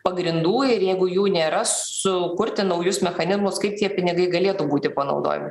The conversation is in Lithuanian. pagrindų ir jeigu jų nėra sukurti naujus mechanizmus kaip tie pinigai galėtų būti panaudojami